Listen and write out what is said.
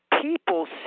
People